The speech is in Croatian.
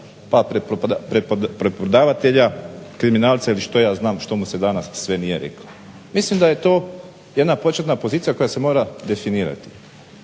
pa preprodavatelja, kriminalca ili što ja znam što mu se danas sve nije reklo. Mislim da je to jedna početna pozicija koja se mora definirati.